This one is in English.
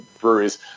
breweries